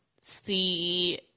see